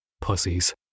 Pussies